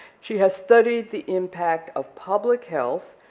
she has studied the impact of public health,